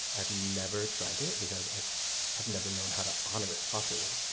i have never drank it, because i've i've never known how to honor it properly.